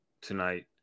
tonight